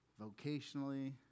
Vocationally